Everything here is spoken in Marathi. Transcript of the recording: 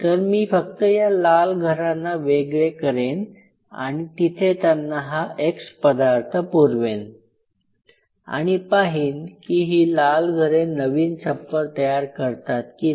तर मी फक्त या लाल घरांना वेगळे करेन आणि तिथे त्यांना हा "x" पदार्थ पुरवेन आणि पाहीन की ही लाल घरे नवीन छप्पर तयार करतात की नाही